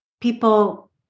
people